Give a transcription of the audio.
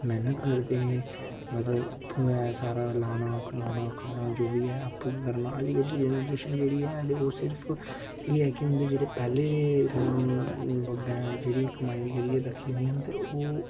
मैह्नत करदे हे मतलब आपूं सारा लाना कमाना खाना जो बी ऐ आपूं गै करना अज्जकल दी जनरेशन जेह्ड़ी ऐ ऐ ते ओह् सिर्फ एह् ऐ कि उं'दे च जेह्ड़े पैह्ले दे बब्बै ने जेह्ड़ी कमाई करी रक्खी दियां न ते ओह्